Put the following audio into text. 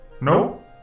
No